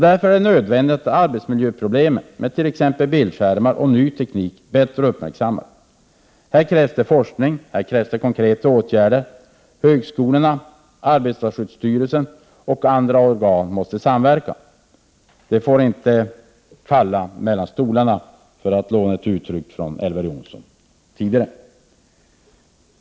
Därför är det nödvändigt att arbetsmiljöproblemen med t.ex. bildskärmar och ny teknik bättre uppmärksammas. Här krävs det forskning och konkreta åtgärder. Högskolorna, arbetarskyddsstyrelsen och andra organ måste samverka. Dessa uppgifter får inte falla mellan stolarna, för att låna ett uttryck av Elver Jonsson.